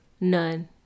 none